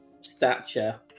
stature-